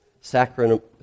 sacrament